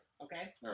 Okay